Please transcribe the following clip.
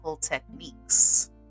techniques